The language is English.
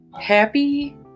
happy